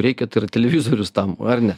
reikia tai yra televizorius tam ar ne